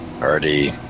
already